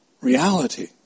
Reality